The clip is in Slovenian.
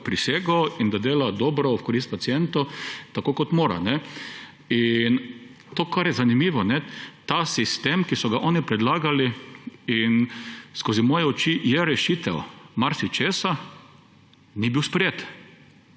s svojo prisego in da dela dobro v korist pacientov, tako kot mora. In to, kar je zanimivo, ta sistem, ki so ga oni predlagali, in skozi moje oči je rešitev marsičesa, ni bil sprejet.